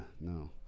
no